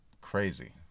crazy